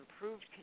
improved